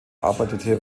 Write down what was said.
arbeitete